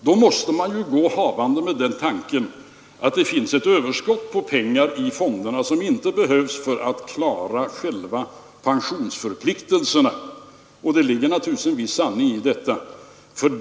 Då måste man ju gå havande med den tanken att det finns ett överskott av pengar i fonderna som inte behövs för att klara själva pensionsförpliktelserna, och det ligger en viss sanning i detta.